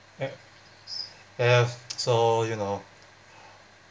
ha~ have so you know